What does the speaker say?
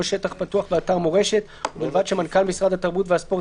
שטח פתוח באתר מורשת ובלבד שהמנהל הכללי של משרד התרבות והספורט